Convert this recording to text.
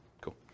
Cool